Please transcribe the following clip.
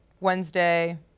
Wednesday